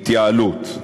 התייעלות.